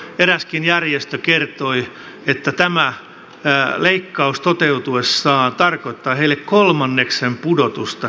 eräskin järjestö kertoi että tämä leikkaus toteutuessaan tarkoittaa heille kolmanneksen pudotusta kehitysyhteistyössä